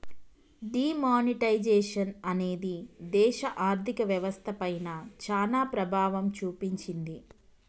D monetisation అనేది దేశ ఆర్ధిక వ్యవస్థ పైన చానా ప్రభావం చూపించింది